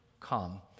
come